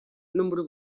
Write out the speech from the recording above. número